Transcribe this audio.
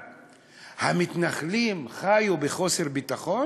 המתנחלים חיו בחוסר ביטחון?